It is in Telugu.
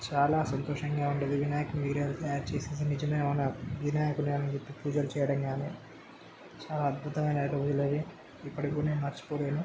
చాలా సంతోషంగా ఉండేది వినాయకుడి విగ్రహాలు తయారు చేసేసి నిజమైన వినాయకుడే అని పూజలు చేయడం గానీ చాలా అద్భుతమైన రోజులవి ఇప్పటికి కూడా నేను మర్చిపోలేను